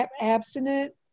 abstinent